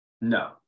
No